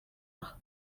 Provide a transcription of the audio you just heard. aha